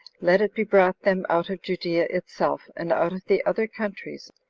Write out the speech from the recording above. let it be brought them out of judea itself and out of the other countries,